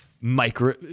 micro